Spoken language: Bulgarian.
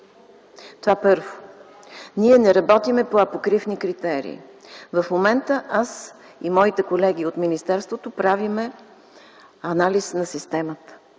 първо. Ние не работим по апокрифни критерии. В момента аз и моите колеги в министерството правим анализ на системата